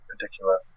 particular